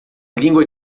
língua